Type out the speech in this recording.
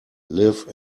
live